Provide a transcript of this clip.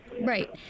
Right